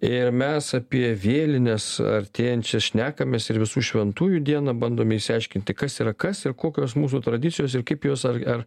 ir mes apie vėlines artėjančias šnekamės ir visų šventųjų dieną bandome išsiaiškinti kas yra kas ir kokios mūsų tradicijos ir kaip jos ar ar